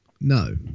No